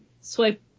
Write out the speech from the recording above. swipe